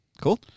Cool